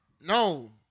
no